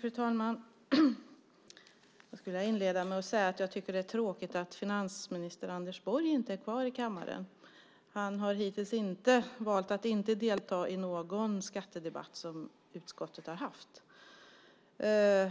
Fru talman! Jag inleder med att säga att jag tycker att det är tråkigt att finansminister Anders Borg inte är kvar i kammaren. Han har hittills valt att inte delta i någon skattedebatt som utskottet har haft.